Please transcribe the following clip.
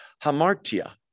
hamartia